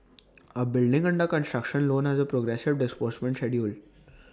A building under construction loan has A progressive disbursement schedule